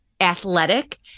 athletic